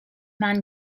man